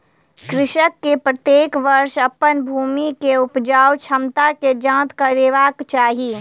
कृषक के प्रत्येक वर्ष अपन भूमि के उपजाऊ क्षमता के जांच करेबाक चाही